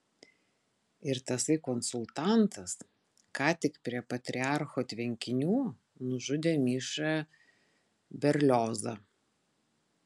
ir tasai konsultantas ką tik prie patriarcho tvenkinių nužudė mišą berliozą